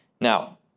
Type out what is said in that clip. Now